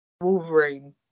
Wolverine